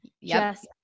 Yes